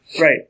Right